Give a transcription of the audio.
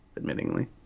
admittingly